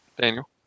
Daniel